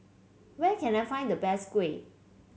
where can I find the best kuih